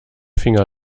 finger